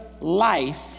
life